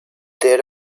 there